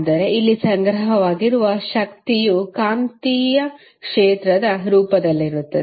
ಆದರೆ ಇಲ್ಲಿ ಸಂಗ್ರಹವಾಗಿರುವ ಶಕ್ತಿಯು ಕಾಂತೀಯ ಕ್ಷೇತ್ರದ ರೂಪದಲ್ಲಿರುತ್ತದೆ